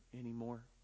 anymore